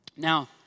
Now